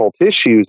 issues